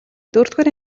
дөрөвдүгээр